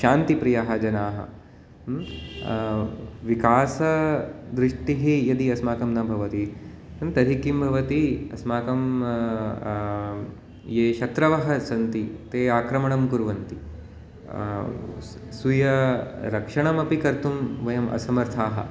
शान्तिप्रियाः जनाः विकासदृष्टिः यदि अस्माकं न भवति तर्हि किं भवति अस्माकं ये शत्रवः सन्ति ते आक्रमणं कुर्वन्ति स्व् स्वीय रक्षणमपि कर्तुं वयम् असमर्थाः